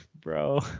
Bro